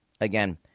again